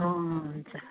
अँ हुन्छ